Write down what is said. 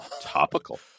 Topical